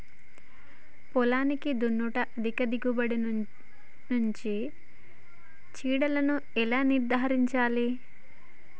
పొలాన్ని దున్నుట అధిక దిగుబడి నుండి చీడలను ఎలా నిర్ధారించాలి?